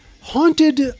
Haunted